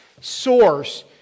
source